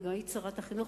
היית שרת החינוך,